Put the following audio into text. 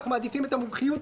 אנחנו מעדיפים את המומחיות,